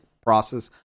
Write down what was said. process